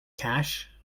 cash